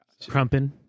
Crumpin